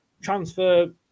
transfer